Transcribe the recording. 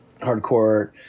hardcore